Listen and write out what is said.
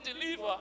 deliver